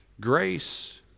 grace